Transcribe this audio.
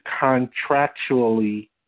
contractually